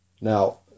now